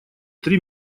три